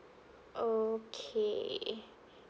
okay